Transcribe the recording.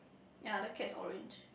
ya the cat's orange